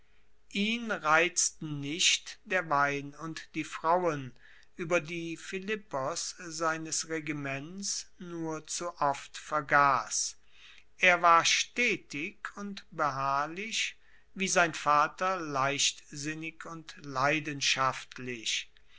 ihn reizten nicht der wein und die frauen ueber die philippos seines regiments nur zu oft vergass er war stetig und beharrlich wie sein vater leichtsinnig und leidenschaftlich